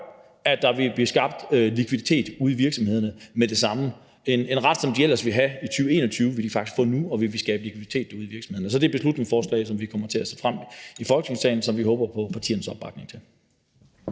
at der vil blive skabt likviditet ude i virksomhederne med det samme. En ret, som de ellers ville have i 2021, vil de faktisk få nu, og det vil skabe likviditet ude i virksomhederne. Så det er et beslutningsforslag, som vi kommer til at fremsætte i Folketingssalen, og som vi håber på partiernes opbakning til.